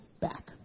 back